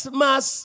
mass